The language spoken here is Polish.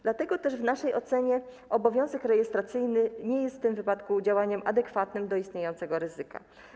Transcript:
Dlatego też w naszej ocenie obowiązek rejestracyjny nie jest w tym wypadku działaniem adekwatnym do istniejącego ryzyka.